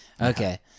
Okay